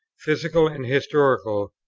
physical and historical,